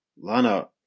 Lana